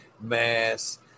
mass